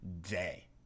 day